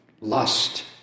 Lust